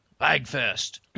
Bagfest